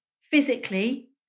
physically